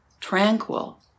tranquil